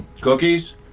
Cookies